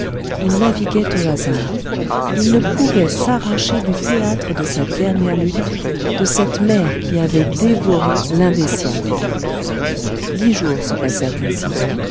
il naviguait au hasard il ne pouvait s'arracher du théâtre de sa dernière lutte de cette mer qui avait dévoré l'un des siens dix jours se passèrent ainsi